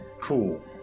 Cool